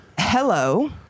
Hello